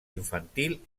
infantil